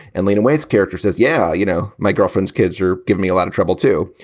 and lena waites character says, yeah, you know, my girlfriend's kids are give me a lot of trouble, too.